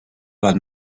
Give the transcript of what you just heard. war